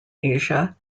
asia